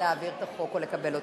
להעביר את החוק, או לקבל אותו.